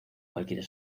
cualquier